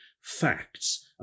facts